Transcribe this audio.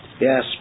Yes